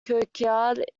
kirkyard